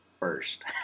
first